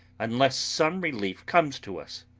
unless some relief comes to us.